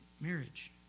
marriage